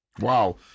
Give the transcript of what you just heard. wow